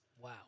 Wow